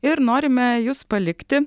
ir norime jus palikti